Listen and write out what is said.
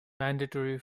mandatory